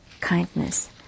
kindness